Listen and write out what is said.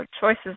choices